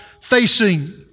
facing